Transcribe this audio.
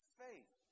faith